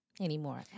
anymore